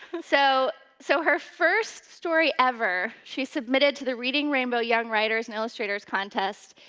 so so her first story ever, she submitted to the reading rainbow young writers and illustrators contest,